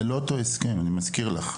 זה לא אותו הסכם, אני מזכיר לך.